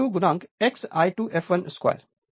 Refer Slide Time 1944 तो Re2 x I2 fl2